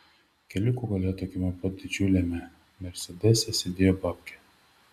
keliuko gale tokiame pat didžiuliame mersedese sėdėjo babkė